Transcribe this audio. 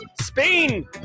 Spain